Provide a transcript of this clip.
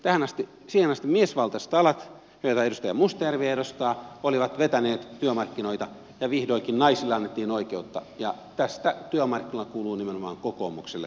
siihen asti miesvaltaiset alat joita edustaja mustajärvi edustaa olivat vetäneet työmarkkinoita ja vihdoinkin naisille annettiin oikeutta ja tästä työmarkkinoilla kuuluu nimenomaan kokoomukselle kaikki kunnia